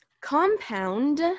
compound